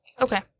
okay